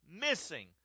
missing